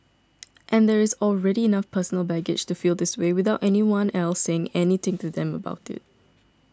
and there is already enough personal baggage to feel this way without anyone else saying anything to them about it